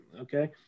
Okay